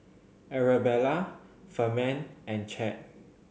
Arabella Ferman and Chadd